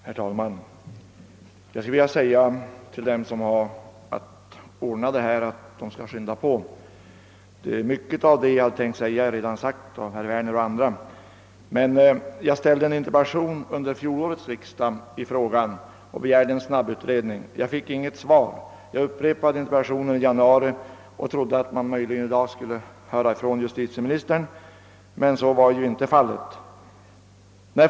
Herr talman! Jag skulle vilja vädja till dem som har att lösa denna fråga att skynda på. Mycket av det jag hade tänkt säga är redan sagt av herr Werner och andra. Jag framställde under fjolårets riksdag en interpellation angående en snabbutredning i frågan. Jag fick inget svar. Jag upprepade interpellationen i januari i år och trodde att jag möjligen i dag skulle få höra av justitieministern. Men så blev alltså inte fallet.